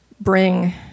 bring